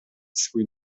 swój